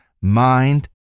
mind